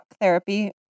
therapy